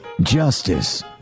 justice